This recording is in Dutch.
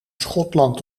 schotland